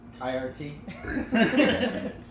IRT